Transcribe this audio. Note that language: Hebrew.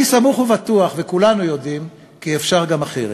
אני סמוך ובטוח, וכולנו יודעים, כי אפשר גם אחרת.